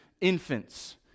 infants